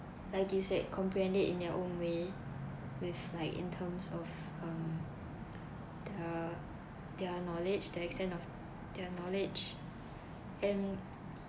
like you said comprehend it in their own way with like in terms of um the their knowledge their extent of their knowledge and